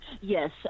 Yes